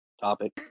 topic